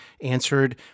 answered